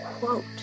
quote